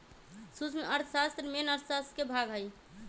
सूक्ष्म अर्थशास्त्र मेन अर्थशास्त्र के भाग हई